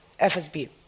FSB